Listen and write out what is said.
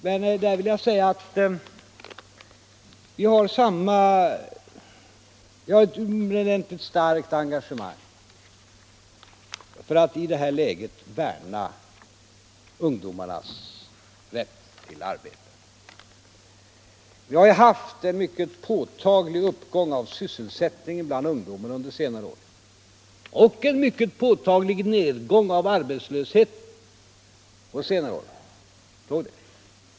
Men jag vill säga att vi alla har ett utomordentligt starkt engagemang för att i detta läge värna om ungdomarnas rätt till arbete. Vi har under senare år haft en mycket påtaglig minskning av arbetslösheten bland ungdomarna. Kom ihåg det!